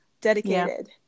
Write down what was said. dedicated